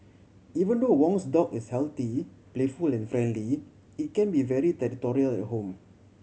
even though Wong's dog is healthy playful and friendly it can be very territorial at home